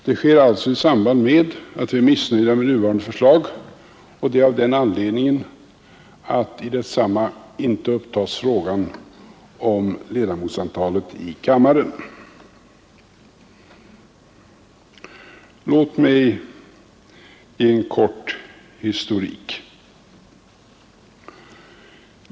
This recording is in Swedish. Moderata samlingspartiet är missnöjt med det nuvarande förslaget av den anledningen, att i detsamma inte upptas frågan om ledamotsantalet i kammaren. Låt mig ge en kort historik.